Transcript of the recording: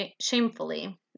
shamefully